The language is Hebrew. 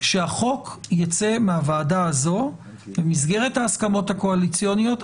שהחוק יצא מהוועדה הזאת במסגרת ההסכמות הקואליציוניות,